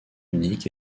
unique